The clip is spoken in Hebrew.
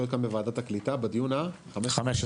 אני שמח להיות כאן בוועדת הקליטה בדיון ה-15.